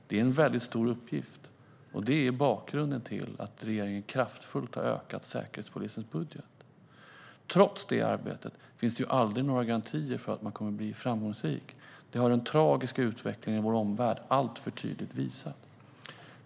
Det är en väldigt stor uppgift, och det är bakgrunden till att regeringen kraftfullt har ökat Säkerhetspolisens budget. Trots det arbetet finns det aldrig några garantier för att man kommer att bli framgångsrik. Det har den tragiska utvecklingen i vår omvärld alltför tydligt visat.